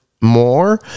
more